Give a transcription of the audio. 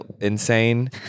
insane